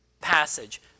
passage